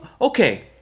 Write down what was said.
okay